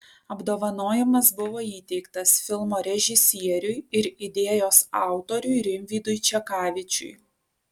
apdovanojimas buvo įteiktas filmo režisieriui ir idėjos autoriui rimvydui čekavičiui